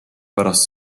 pärast